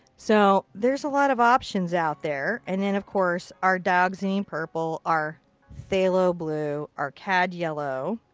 so, there's a lot of options out there. and then of course, our dioxazine purple. our phthalo blue. our cad yellow.